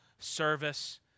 service